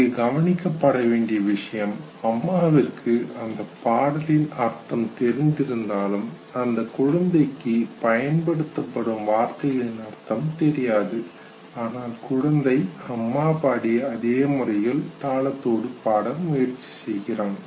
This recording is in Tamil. இங்கே கவனிக்கப்பட வேண்டிய விஷயம் அம்மாவிற்கு அந்த பாடலின் அர்த்தம் தெரிந்திருந்தாலும் அந்தக் குழந்தைக்கு பயன்படுத்தப்படும் வார்த்தைகளின் அர்த்தம் தெரியாது ஆனால் குழந்தை அம்மா பாடிய அதே முறையில் தாளத்தோடு பாட முயற்சி செய்கிறான்